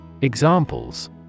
Examples